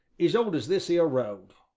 as old as this here road.